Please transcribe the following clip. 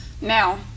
Now